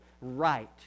right